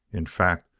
in fact,